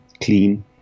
clean